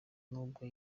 nubwo